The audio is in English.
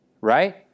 right